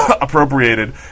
appropriated